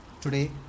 Today